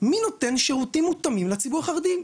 מי נותן שירותים מותאמים לציבור החרדי?